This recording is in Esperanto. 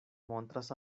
montras